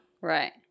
Right